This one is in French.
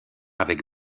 avec